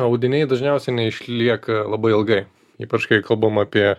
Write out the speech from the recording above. audiniai dažniausiai neišlieka labai ilgai ypač kai kalbam apie